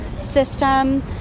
system